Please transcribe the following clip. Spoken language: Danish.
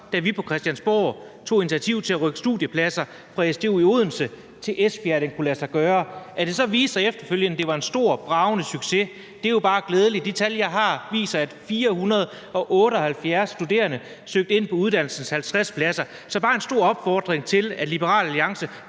da vi på Christiansborg tog initiativ til at rykke studiepladser fra SDU i Odense til Esbjerg, at det kunne lade sig gøre. At det så efterfølgende viste sig, at det var en stor og bragende succes, er jo bare glædeligt. De tal, jeg har, viser, at 478 studerende søgte ind på uddannelsens 50 pladser. Så det er bare en stor opfordring til, at Liberal Alliance